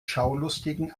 schaulustigen